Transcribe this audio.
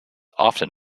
often